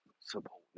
support